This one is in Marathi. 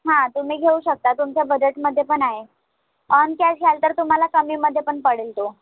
हां तुम्ही घेऊ शकता तुमच्या बजेटमध्ये पण आहे ऑन कॅश घ्याल तर तुम्हाला कमीमध्ये पण पडेल तो